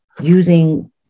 using